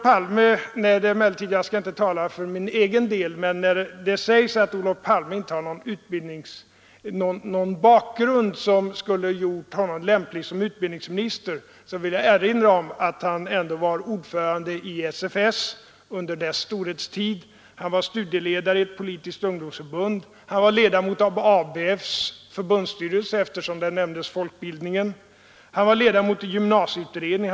Jag skall nu inte tala för min egen del, men när det sägs att Olof Palme inte har någon bakgrund som skulle ha gjort honom lämplig som utbildningsminister vill jag erinra om att han ändå var ordförande i SFS under dess storhetstid. Han var studieledare i ett politiskt ungdomsförbund. Han var ledamot av ABF:s förbundsstyrelse — på tal om folkbildningen. Han var ledamot av gymnasieutredningen.